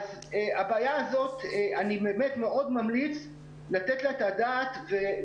אני באמת מאוד ממליץ לתת את הדעת לבעיה